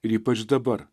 ir ypač dabar